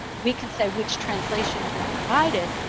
we can say which translation we provided,